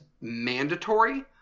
mandatory